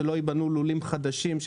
שלא ייבנו לולים חדשים,